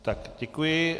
Tak, děkuji.